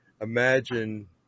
imagine